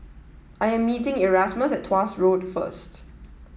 I am meeting Erasmus at Tuas Road first